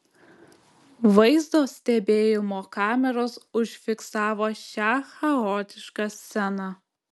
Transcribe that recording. vaizdo stebėjimo kameros užfiksavo šią chaotišką sceną